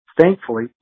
thankfully